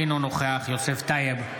אינו נוכח יוסף טייב,